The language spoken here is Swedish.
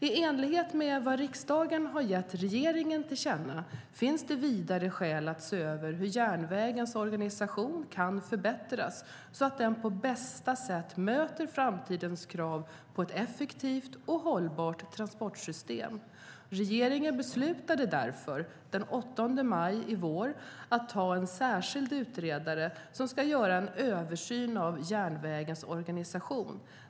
I enlighet med vad riksdagen har gett regeringen tillkänna finns det vidare skäl att se över hur järnvägens organisation kan förbättras så att den på bästa sätt möter framtidens krav på ett effektivt och hållbart transportsystem. Regeringen beslutade därför den 8 maj i våras att ha en särskild utredare som ska göra en översyn av järnvägens organisation.